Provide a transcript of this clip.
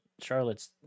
charlotte's